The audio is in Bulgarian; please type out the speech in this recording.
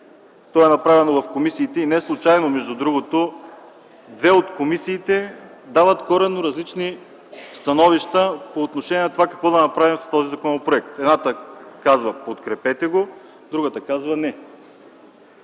То е направено в комисиите и неслучайно две от комисиите дават коренно различни становища по отношение на това какво да направим с този законопроект. Едната казва: подкрепете го, другата казва – не.